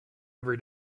every